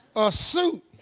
a suit?